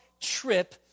trip